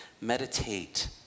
meditate